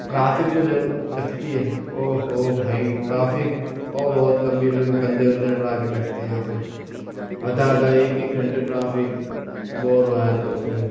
traffic جو لن لگتی ہے او ہو بھائی ٹرافک اور بہت لمبے گندے گندے ٹرافک لگتے ہیں یہاں پہ آدھا آدھا ایک ایک گھنٹہ ٹرافک بور ہوجاتے اس میں